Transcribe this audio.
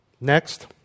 Next